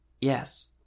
Yes